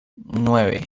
nueve